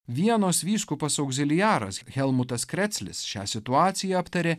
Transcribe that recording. vienos vyskupas augziliaras helmutas kreclis šią situaciją aptarė